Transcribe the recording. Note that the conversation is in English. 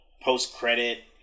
post-credit